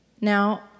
Now